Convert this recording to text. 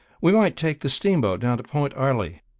we might take the steamboat down to point arley.